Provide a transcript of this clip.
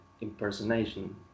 impersonation